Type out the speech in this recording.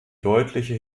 deutliche